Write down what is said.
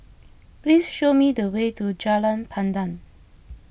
please show me the way to Jalan Pandan